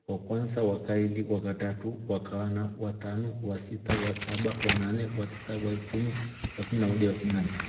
Wakwansa. wakaili. wakatratu. wakaana. watanu. wasita. wasaba. wanane. watisa. waikumi. waikumi na moja na waikumi na mbili.